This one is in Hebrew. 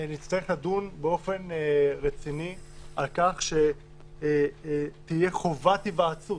נצטרך לדון באופן רציני על כך שתהיה חובת היוועצות